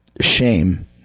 shame